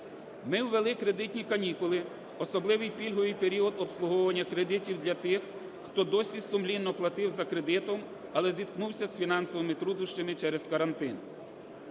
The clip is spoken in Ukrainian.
Ми ввели кредитні канікули – особливий пільговий період обслуговування кредитів для тих, хто досі сумлінно платив за кредитом, але зіткнувся з фінансовими труднощами через карантин.